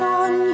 on